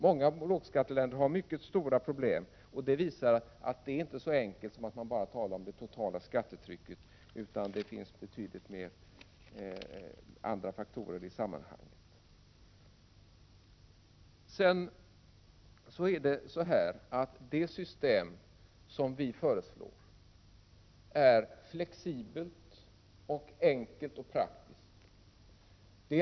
Det visar att det hela inte är så enkelt så att man bara kan tala om det totala skattetrycket. Det finns betydligt fler faktorer i sammanhanget. Det system som vi föreslår är flexibelt, enkelt och praktiskt.